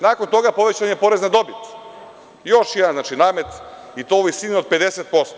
Nakon toga povećan je porez na dobit, još jedan namet i to u visini od 50%